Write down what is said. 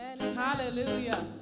Hallelujah